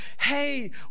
Hey